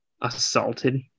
assaulted